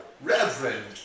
reverend